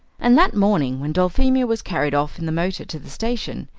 and that morning when dulphemia was carried off in the motor to the station,